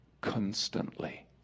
constantly